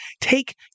take